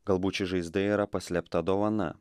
galbūt ši žaizda yra paslėpta dovana